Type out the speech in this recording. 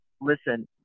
Listen